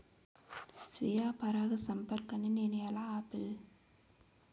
స్వీయ పరాగసంపర్కాన్ని నేను ఎలా ఆపిల్?